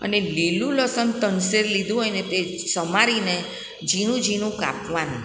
અને લીલું લસન ત્રણ શેર લીધું હોય ને તે સ સમારીને ઝીણું ઝીણું કાપવાનું